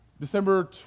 December